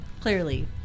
clearly